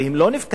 והם לא נפקדים.